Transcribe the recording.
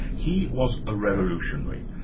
he was a revolutionary,